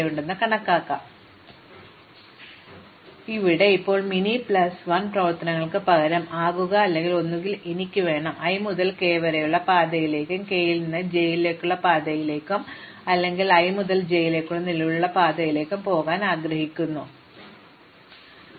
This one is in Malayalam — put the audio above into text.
അതിനാൽ ഇവിടെ ഇപ്പോൾ മിനി പ്ലസ് പ്രവർത്തനങ്ങൾക്ക് പകരം ഇപ്പോൾ ആകുക അല്ലെങ്കിൽ ഒന്നുകിൽ എനിക്ക് വേണം i മുതൽ k വരെയുള്ള പാതയിലേക്കും k ൽ നിന്ന് j ലേക്ക് പാതയിലേക്കും അല്ലെങ്കിൽ i മുതൽ j ലേക്ക് നിലവിലുള്ള പാതയിലേക്ക് ഞാൻ ആഗ്രഹിക്കുന്നു അത് ഒരിക്കലും k ഉപയോഗിക്കില്ല